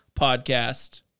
Podcast